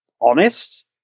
honest